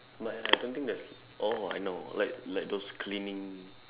but I don't think there's oh I know like like those cleaning